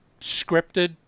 scripted